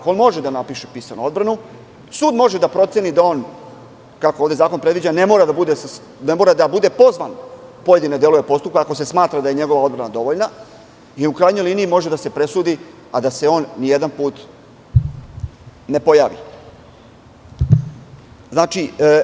On može da napiše pisanu odbranu, sud može da proceni da on, kako ovde zakon predviđa, ne mora da bude pozvan u pojedine delove postupka ako se smatra da je njegova odbrana dovoljna i, u krajnjoj liniji, može da se presudi a da se on nijedanput ne pojavi.